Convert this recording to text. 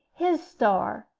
his star,